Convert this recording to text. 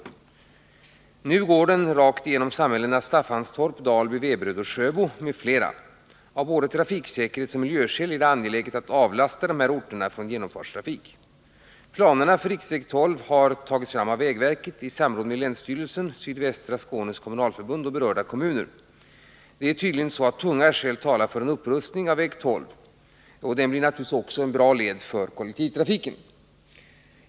I sin nuvarande sträckning går den rakt igenom samhällena Staffanstorp, Dalby, Veberöd och Sjöbo m.fl. Av både trafiksäkerhetsoch miljöskäl är det angeläget att avlasta dessa orter genomfartstrafik. Planerna för riksväg 12 har av vägverket tagits fram i samråd med länsstyrelsen, Sydvästra Skånes kommunalförbund och berörda kommuner. Det är tydligen så att tunga skäl talar för en upprustning av väg 12. Den blir givetvis också en bra led för kollektivtrafik.